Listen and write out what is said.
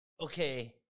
Okay